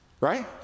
Right